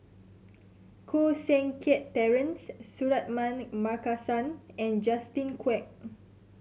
Koh Seng Kiat Terence Suratman Markasan and Justin Quek